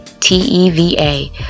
t-e-v-a